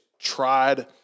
tried